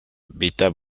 bêta